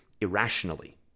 irrationally